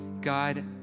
God